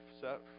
set